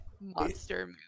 monster